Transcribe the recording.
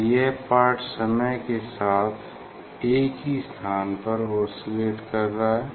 तो यह पार्ट समय के साथ एक ही स्थान पर ओसिलेट कर रहा है